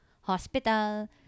hospital